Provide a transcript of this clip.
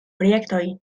projektoj